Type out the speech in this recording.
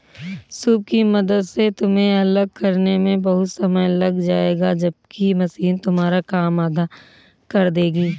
soup की मदद से तुम्हें अलग करने में बहुत समय लग जाएगा जबकि मशीन तुम्हारा काम आधा कर देगी